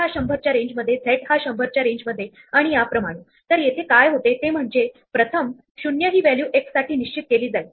आपण फक्त जे शेजारी ग्रीड च्या आत आहेत तेच ठेवणार आहोत आणि त्यापैकी एक असे आहे जे आपल्याला पुन्हा त्याच जागेवर आणते जिथे आपण सुरुवात केली होती